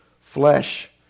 flesh